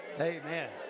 Amen